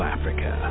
Africa